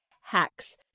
hacks